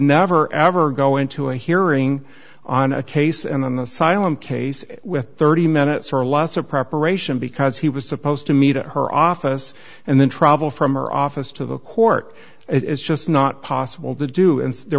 never ever go into a hearing on a case and then the silent case with thirty minutes or less of preparation because he was supposed to meet her office and then travel from her office to the court is just not possible to do and there